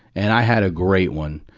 and i had a great one.